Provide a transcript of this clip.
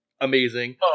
amazing